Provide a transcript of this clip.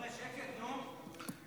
חבר'ה, שקט, נו.